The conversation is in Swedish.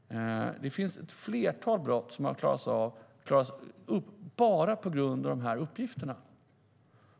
Det finns ett flertal brott som har uppklarats bara på grund av dessa uppgifter.